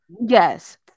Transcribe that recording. Yes